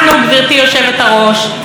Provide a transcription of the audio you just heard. גברתי היושבת-ראש,